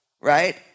right